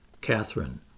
Catherine